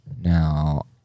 Now